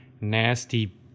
nasty